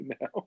now